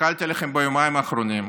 הסתכלתי עליכם ביומיים האחרונים,